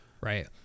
Right